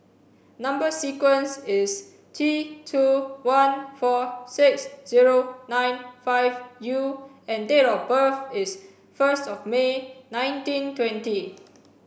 number sequence is T two one four six zero nine five U and date of birth is first of May nineteen twenty